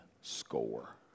score